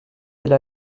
elle